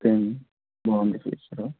okay అండి బాగుంది feature